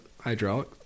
hydraulic